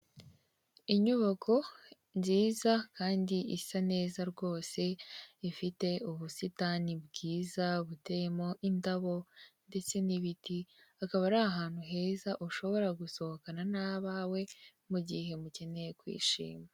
Inyubako nziza kandi isa neza rwose ifite ubusitani bwiza buteyemo indabo ndetse n'ibiti. Akaba ari ahantu heza ushobora gusohokana n'abawe mu gihe mukeneye kwishima.